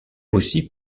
aussi